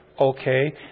Okay